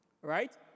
Right